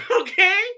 Okay